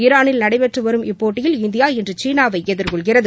ஈரானில் நடைபெற்று வரும் இப்போட்டியில் இந்தியா இன்று சீனாவை எதிர்கொள்கிறது